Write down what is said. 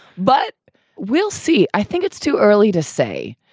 but we'll see i think it's too early to say.